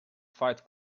fight